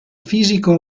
fisico